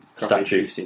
statue